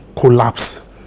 collapse